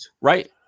right